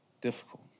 difficult